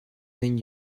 ten